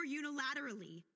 unilaterally